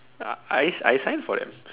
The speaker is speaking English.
I I signed for them